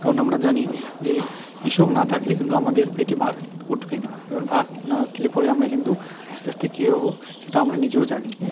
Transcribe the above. কারণ আমরা জানি যে কৃষক না থাকলে কিন্তু আমাদের পেটে ভাত উঠবে না এবার ভাত না উঠলে পরে আমরা কিন্তু আস্তে আস্তে কী হবো সেটা আমরা নিজেও জানি